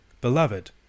Beloved